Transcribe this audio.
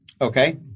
Okay